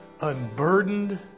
unburdened